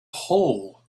hole